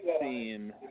seen